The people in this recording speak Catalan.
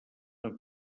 amb